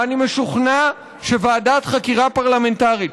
ואני משוכנע שוועדת חקירה פרלמנטרית,